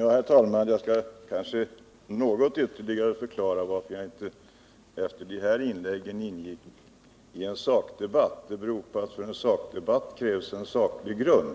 Herr talman! Jag skall kanske något ytterligare förklara varför jag efter de här inläggen inte gick in i en sakdebatt. Det beror på att det krävs en saklig grund för en sakdebatt.